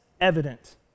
evident